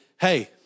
hey